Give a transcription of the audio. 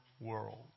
world